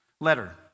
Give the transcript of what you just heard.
letter